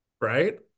Right